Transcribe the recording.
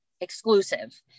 exclusive